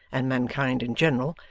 and mankind in general,